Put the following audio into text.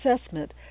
assessment